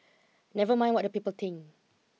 never mind what the people think